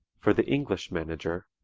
for the english manager,